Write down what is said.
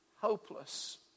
hopeless